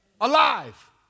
Alive